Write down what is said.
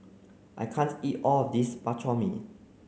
I can't eat all of this Bak Chor Mee